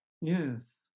yes